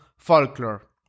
folklore